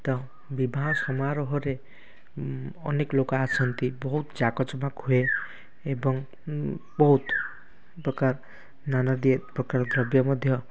ତ ବିବାହ ସମାରୋହରେ ଅନେକ ଲୋକ ଆସନ୍ତି ବହୁତ ଚାକଚମକ ହୁଏ ଏବଂ ବହୁତ ପ୍ରକାର ନାନାଦି ପ୍ରକାର ଦ୍ରବ୍ୟ ମଧ୍ୟ